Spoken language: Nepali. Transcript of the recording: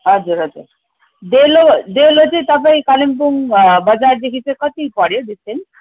हजुर हजुर डेलो डेलो चाहिँ तपाईँ कालिम्पोङ बजारदेखि चाहिँ कति पऱ्यो डिस्टेन्स